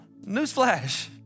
newsflash